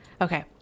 okay